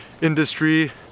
industry